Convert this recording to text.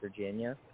Virginia